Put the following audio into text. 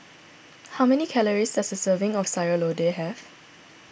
how many calories does a serving of Sayur Lodeh have